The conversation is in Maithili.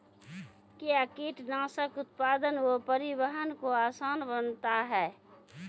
कया कीटनासक उत्पादन व परिवहन को आसान बनता हैं?